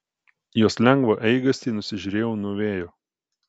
jos lengvą eigastį nusižiūrėjau nuo vėjo